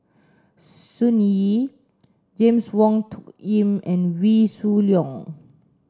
Sun Yee James Wong Tuck Yim and Wee Shoo Leong